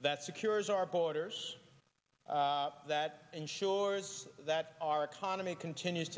that secures our borders that ensures that our economy continues